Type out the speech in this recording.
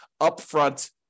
upfront